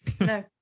No